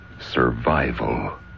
Survival